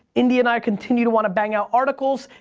india and i continue to wanna bang out articles.